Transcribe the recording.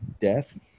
death